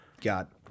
got